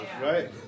right